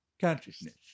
consciousness